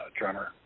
drummer